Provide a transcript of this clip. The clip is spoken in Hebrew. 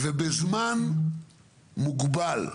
ובזמן מוגבל.